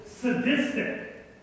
sadistic